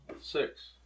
Six